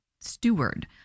steward